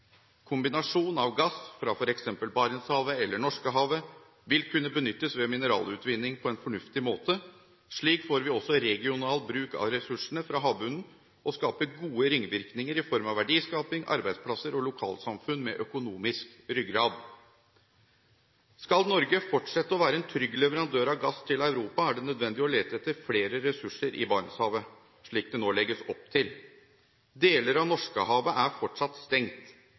Kombinasjon av gass fra f.eks. Barentshavet eller Norskehavet vil kunne benyttes under mineralutvinning på en fornuftig måte. Slik får vi også regional bruk av ressursene fra havbunnen og skaper gode ringvirkninger i form av verdiskaping, arbeidsplasser og lokalsamfunn med økonomisk ryggrad. Skal Norge fortsette å være en trygg leverandør av gass til Europa, er det nødvendig å lete etter flere ressurser i Barentshavet, slik det nå legges opp til. Deler av Norskehavet er fortsatt stengt,